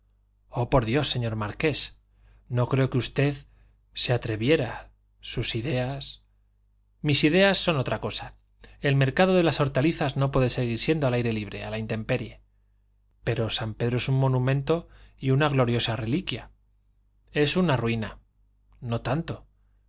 oh por dios señor marqués no creo que usted se atreviera sus ideas mis ideas son otra cosa el mercado de las hortalizas no puede seguir al aire libre a la intemperie pero san pedro es un monumento y una gloriosa reliquia es una ruina no tanto